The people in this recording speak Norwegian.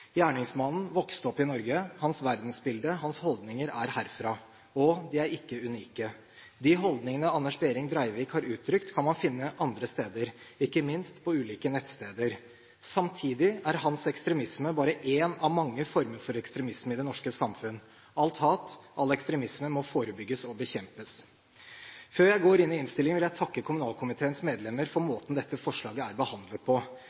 Gjerningsmannen vokste opp i Norge – hans verdensbilde og hans holdninger er herfra, og de er ikke unike. De holdningene Anders Behring Breivik har uttrykt, kan man også finne andre steder, ikke minst på ulike nettsteder. Samtidig er hans ekstremisme bare én av mange former for ekstremisme i det norske samfunn. Alt hat, all ekstremisme må forebygges og bekjempes. Før jeg går til innstillingen vil jeg takke kommunalkomiteens medlemmer for måten dette forslaget er behandlet på.